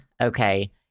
okay